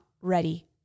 ready